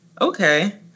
okay